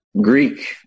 Greek